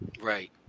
Right